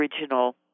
original